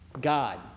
God